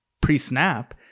pre-snap